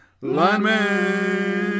lineman